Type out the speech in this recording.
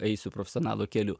eisiu profesionalo keliu